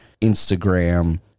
Instagram